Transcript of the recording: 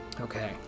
okay